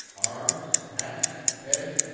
arms, hats, heads,